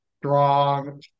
strong